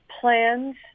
plans